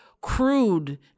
crude